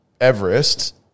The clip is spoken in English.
Everest